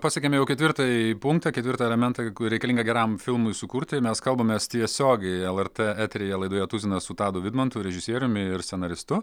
pasiekėme jau ketvirtąjį punktą ketvirtą elementą reikalingą geram filmui sukurti mes kalbamės tiesiogiai lrt eteryje laidoje tuzinas su tadu vidmantu režisieriumi ir scenaristu